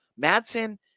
Madsen